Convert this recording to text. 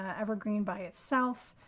evergreen by itself.